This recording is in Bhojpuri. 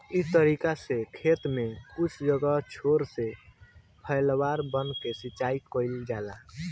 इ तरीका से खेत में कुछ जगह छोर के फौवारा बना के सिंचाई कईल जाला